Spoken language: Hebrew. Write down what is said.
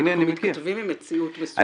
אנחנו --- מציאות מסוימת.